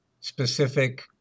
specific